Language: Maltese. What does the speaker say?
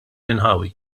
inħawi